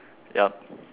ya